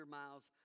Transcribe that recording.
miles